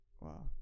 Wow